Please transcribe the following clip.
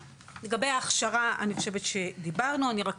לגבי ההכשרה, אני חושבת שדיברנו, אני רק